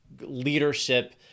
leadership